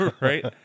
Right